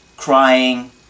crying